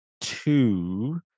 two